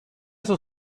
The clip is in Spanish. sus